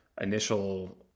initial